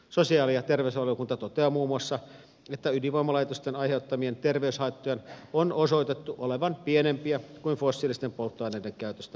sosiaali ja terveysvaliokunta toteaa muun muassa että ydinvoimalaitosten aiheuttamien terveyshaittojen on osoitettu olevan pienempiä kuin fossiilisten polttoaineiden käytöstä aiheutuvat haitat ovat